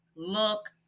look